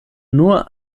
nur